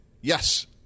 Yes